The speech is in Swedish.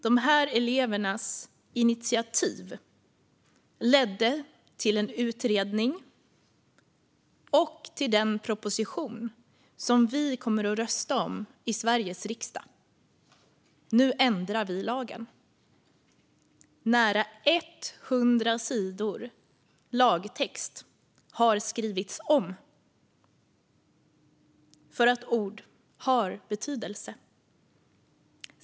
De här elevernas initiativ ledde till en utredning och till den proposition som vi kommer att rösta om i Sveriges riksdag. Nu ändrar vi lagen. Nära hundra sidor lagtext har skrivits om för att ord har betydelse.